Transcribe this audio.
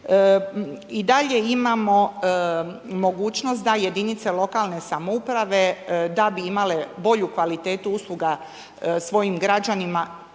I dalje imamo mogućnost da jedinice lokalne samouprave da bi imale bolju kvalitetu usluga svojim građanima